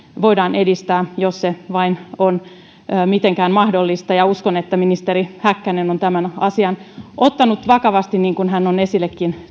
voidaan edistää jos se vain mitenkään on mahdollista uskon että ministeri häkkänen on tämän asian ottanut vakavasti niin kuin hän on esille